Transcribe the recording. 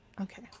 okay